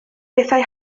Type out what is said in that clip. bethau